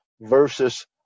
versus